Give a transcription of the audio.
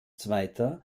zweiter